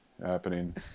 happening